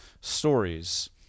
stories